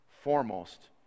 foremost